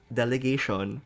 delegation